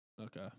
Okay